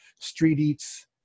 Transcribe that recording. StreetEats